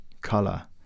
color